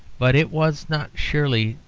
but it was not, surely,